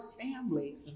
family